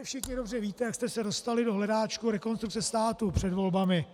Všichni dobře víte, jak jste se dostali do hledáčku Rekonstrukce státu před volbami.